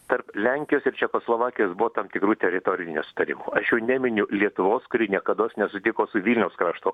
tarp lenkijos ir čekoslovakijos buvo tam tikrų teritorinių nesutarimų aš jau neminiu lietuvos kuri niekados nesutiko su vilniaus krašto